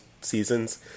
seasons